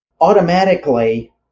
automatically